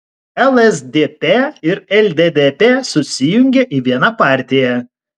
lsdp ir lddp susijungė į vieną partiją